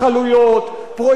פרויקטים כאלה,